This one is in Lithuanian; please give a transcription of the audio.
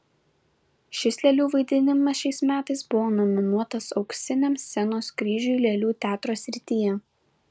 šis lėlių vaidinimas šiais metais buvo nominuotas auksiniam scenos kryžiui lėlių teatro srityje